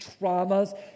traumas